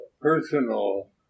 personal